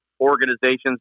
organizations